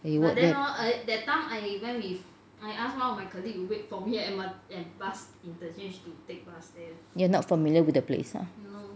you work there you are not familiar with the place ah